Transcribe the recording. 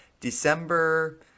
December